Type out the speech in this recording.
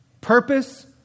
purpose